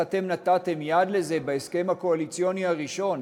איך אתם נתתם יד לזה בהסכם הקואליציוני הראשון?